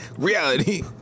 Reality